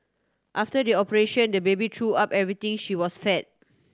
after the operation the baby threw up everything she was fed